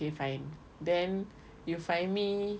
okay fine then you find me